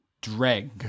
Dreg